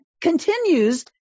continues